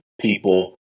people